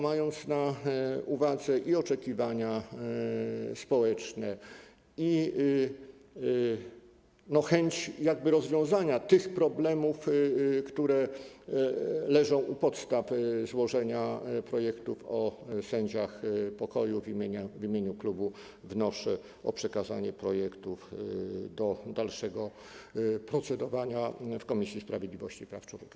Mając na uwadze i oczekiwania społeczne, i chęć rozwiązania tych problemów, które leżą u podstaw złożenia projektów o sędziach pokoju, w imieniu klubu wnoszę o przekazanie projektów do dalszego procedowania w Komisji Sprawiedliwości i Praw Człowieka.